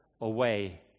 away